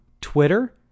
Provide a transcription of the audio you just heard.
Twitter